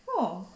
!whoa!